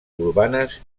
urbanes